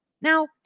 Now